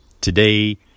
Today